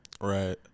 Right